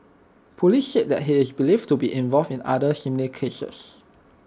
Police said that he is believed to be involved in other similar cases